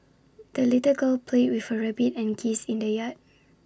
the little girl played with her rabbit and geese in the yard